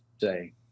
say